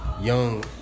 young